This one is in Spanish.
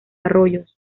arroyos